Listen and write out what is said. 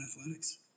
Athletics